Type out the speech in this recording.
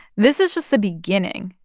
this is just the beginning.